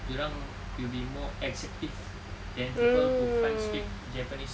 dia orang will be more receptive than people who can't speak japanese